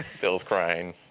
bill's crying.